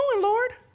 Lord